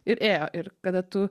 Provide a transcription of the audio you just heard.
ir ėjo ir kada tu